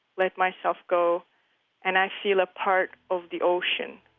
let myself go and i feel a part of the ocean.